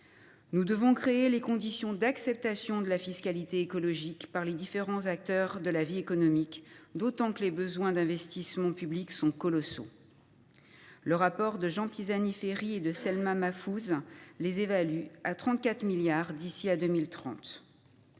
Nous devons créer les conditions d’une acceptation de la fiscalité écologique par les différents acteurs de la vie économique, d’autant que les besoins en investissement public sont colossaux : le rapport de Jean Pisani Ferry et Selma Mahfouz les évalue à 34 milliards d’euros d’ici à 2030.